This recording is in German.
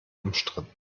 umstritten